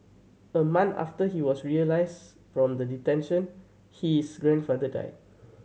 a month after he was released from the detention his grandfather died